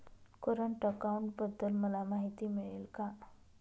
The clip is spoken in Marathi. करंट अकाउंटबद्दल मला माहिती मिळेल का?